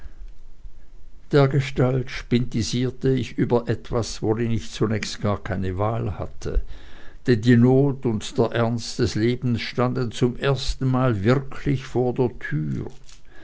dergestalt spintisierte ich über etwas worin ich zunächst gar keine wahl hatte denn die not und der ernst des lebens standen zum ersten mal wirklich vor der türe